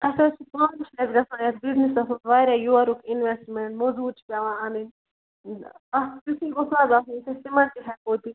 اسہِ حظ چھِ پانس اسہِ گژھان یَتھ بِزنیٚسَس منٛز واریاہ یورُک اِنویٚسٹمیٚنٛٹ مزوٗر چھِ پیٚوان اَنٕنۍ اَتھ تیٛتھُے گوٚژھ نَہ حظ آسُن یُتھ أسۍ تِمَن تہِ ہیٚکو دِتھ